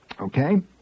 Okay